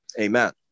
Amen